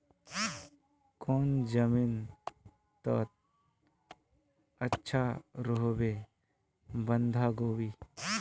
कौन जमीन टत अच्छा रोहबे बंधाकोबी?